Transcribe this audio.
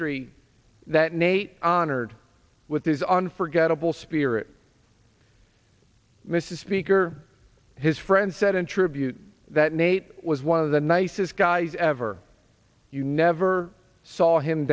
history that nate honored with his unforgettable spirit mr speaker his friend said in tribute that nate was one of the nicest guys ever you never saw him